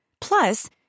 Plus